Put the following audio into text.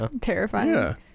terrifying